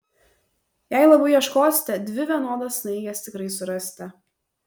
jei labai ieškosite dvi vienodas snaiges tikrai surasite